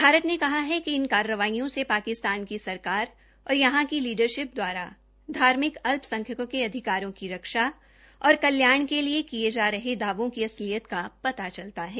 भारत ने कहा है कि इन कार्रवाइयों से पाकिस्तान की सरकार और यहां की लीडरशिप दवारा धार्मिक अल्पसंख्यकों के अधिकारों की रक्षा और कल्याण के लिए किये दावों की असलियत का पता चलता है